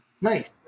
Nice